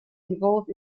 involved